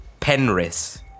Penris